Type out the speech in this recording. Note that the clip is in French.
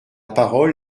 parole